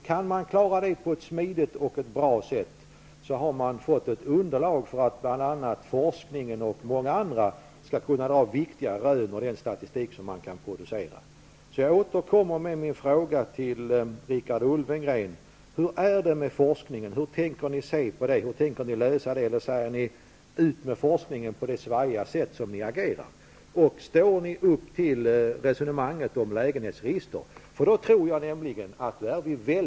Kan man klara det på ett smidigt och bra sätt, har man fått ett underlag för att bl.a. forskningen och många andra skall kunna göra viktiga rön med hjälp av den statistik som kan produceras. Min fråga till Richard Ulfvengren är alltså: Hur är det med forskningen? Hur tänker ni se på den? Säger ni ''ut med forskningen'' på samma frejdiga sätt som ni agerar?